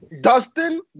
Dustin